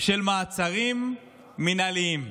של מעצרים מינהליים.